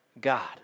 God